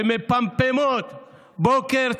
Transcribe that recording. שמפמפמות בוקר,